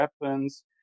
weapons